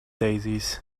daisies